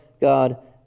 God